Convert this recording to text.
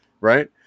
right